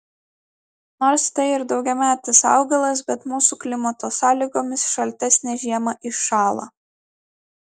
nors tai ir daugiametis augalas bet mūsų klimato sąlygomis šaltesnę žiemą iššąla